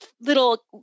little